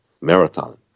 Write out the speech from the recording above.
marathon